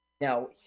Now